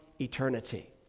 eternity